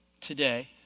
today